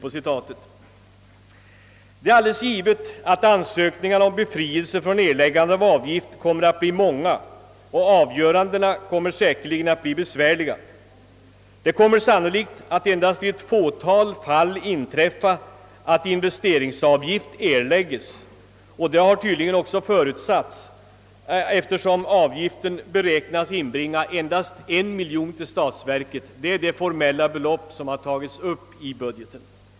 Givet är att ansökningarna om befrielse från erläggande av avgift kommer att bli många, och avgörandena kommer säkerligen att bli besvärliga. Sannolikt kommer det endast att i ett fåtal fall inträffa att investeringsavgiften erlägges. Detta har tydligen också förutsatts, eftersom avgiften har beräknats inbringa endast 1 miljon kronor till statsverket. Det är det formella belopp som uppförts i budgeten.